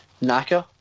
Naka